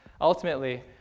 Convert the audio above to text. ultimately